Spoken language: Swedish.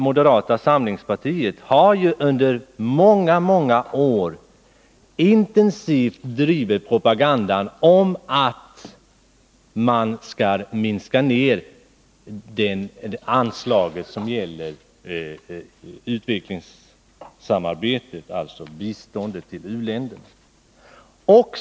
Moderata samlingspartiet har under många år intensivt drivit propaganda för att man skall minska anslaget till utvecklingssamarbetet, alltså biståndet till u-länderna.